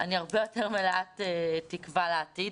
אני הרבה יותר מלאת תקווה לעתיד.